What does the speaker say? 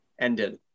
ended